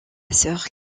sœur